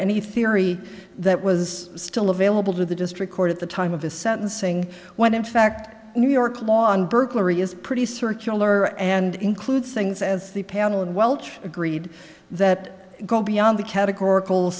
any theory that was still available to the district court at the time of the sentencing when in fact new york law on burglary is pretty circular and includes things as the panel and welch agreed that go beyond the categor